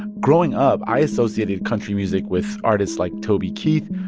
growing up, i associated country music with artists like toby keith,